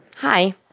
Hi